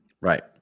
Right